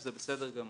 שזה בסדר גמור.